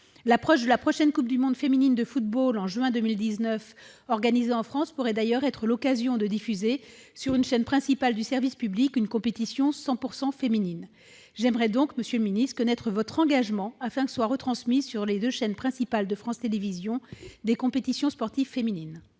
L'approche de la prochaine Coupe du monde féminine de football, qui se tiendra en juin 2019 et sera organisée en France, pourrait d'ailleurs être l'occasion de diffuser sur une chaîne principale du service public une compétition 100 % féminine. J'aimerais donc, monsieur le ministre, connaître votre engagement en faveur d'une retransmission sur les deux chaînes principales de France Télévisions des compétitions sportives féminines.